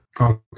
okay